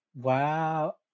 Wow